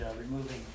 removing